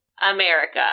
America